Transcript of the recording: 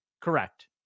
correct